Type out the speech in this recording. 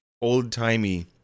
old-timey